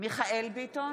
מיכאל מרדכי ביטון,